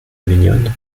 mignonne